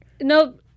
No